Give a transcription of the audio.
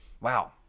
Wow